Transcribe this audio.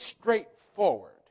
straightforward